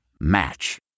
Match